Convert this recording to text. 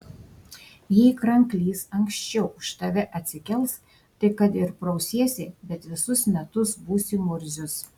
jei kranklys anksčiau už tave atsikels tai kad ir prausiesi bet visus metus būsi murzius